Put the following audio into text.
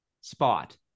spot